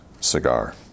cigar